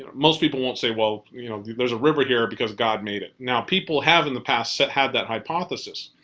most people won't say. well you know, there' s a river here because god made it. now people have in the past, have had that hypothesis,